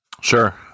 Sure